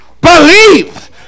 believe